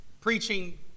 preaching